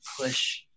push